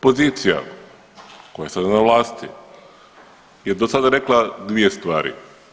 Pozicija koja je sada na vlasti je dosada rekla dvije stvari.